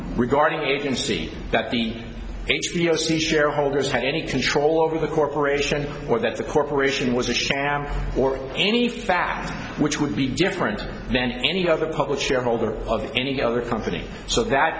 regarding agency that the h b o series shareholders have any control over the corporation or that the corporation was a sham or any fact which would be different than any other public shareholder of any other company so that